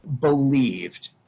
believed